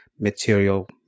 material